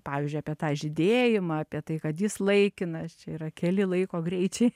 pavyzdžiui apie tą žydėjimą apie tai kad jis laikinas čia yra keli laiko greičiai